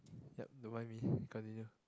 yup the one minute continue